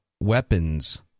weapons